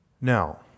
Now